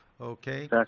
Okay